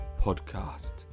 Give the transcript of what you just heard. podcast